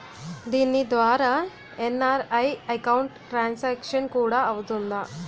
దీని ద్వారా NRI account transaction కూడా అవుతుందా?